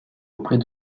auprès